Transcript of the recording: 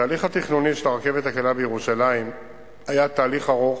התהליך התכנוני של הרכבת הקלה בירושלים היה תהליך ארוך,